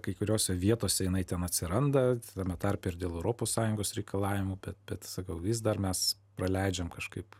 kai kuriose vietose jinai ten atsiranda tame tarpe ir dėl europos sąjungos reikalavimų bet bet sakau vis dar mes praleidžiam kažkaip